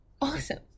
Awesome